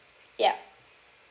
yup